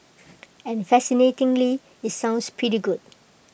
and fascinatingly IT sounds pretty good